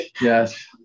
Yes